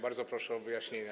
Bardzo proszę o wyjaśnienia.